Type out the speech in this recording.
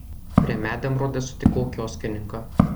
prie medemrodės sutikau kioskininką